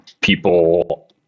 people